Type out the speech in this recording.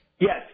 Yes